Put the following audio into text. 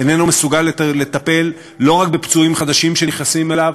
איננו מסוגל יותר לטפל לא רק בפצועים חדשים שנכנסים אליו,